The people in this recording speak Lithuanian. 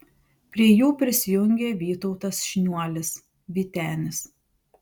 prie jų prisijungė vytautas šniuolis vytenis